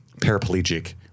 paraplegic